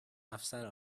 افسر